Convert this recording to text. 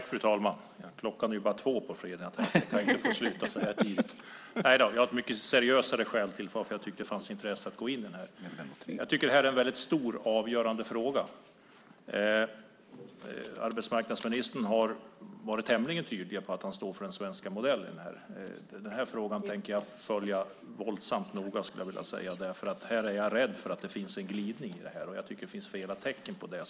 Fru talman! Jag har ett mycket seriöst skäl till att delta i denna debatt. Det här är en stor och avgörande fråga. Arbetsmarknadsministern har varit tämligen tydlig med att han står för den svenska modellen. Jag vill säga att jag tänker följa denna fråga mycket noga eftersom jag är rädd för att det finns en glidning i detta. Flera tecken tyder på det.